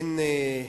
אין,